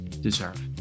deserve